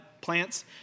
plants